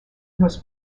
was